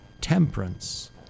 temperance